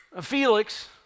Felix